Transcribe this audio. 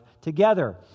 together